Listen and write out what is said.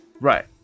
Right